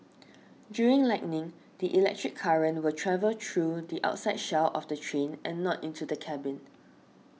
during lightning the electric current will travel through the outside shell of the train and not into the cabin